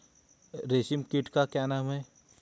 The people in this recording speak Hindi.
रेशम कीट का नाम क्या है?